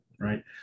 right